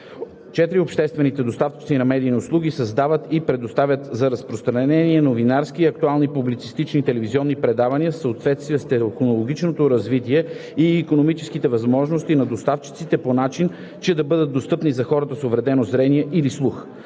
(4) Обществените доставчици на медийни услуги създават и предоставят за разпространение новинарски и актуално-публицистични телевизионни предавания в съответствие с технологичното развитие и икономическите възможности на доставчиците по начин, че да бъдат достъпни за хората с увредено зрение или слух.